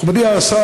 מכובדי השר,